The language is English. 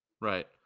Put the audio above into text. Right